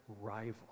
rival